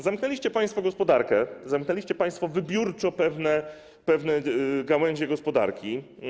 Zamknęliście państwo gospodarkę, zamknęliście państwo wybiórczo pewne gałęzie gospodarki.